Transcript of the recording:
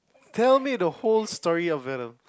tell me the whole story of Venom